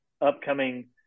upcoming